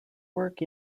work